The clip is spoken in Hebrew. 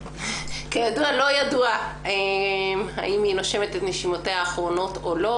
לא ידוע אם היא נושמת את נשימותיה האחרונות או לא,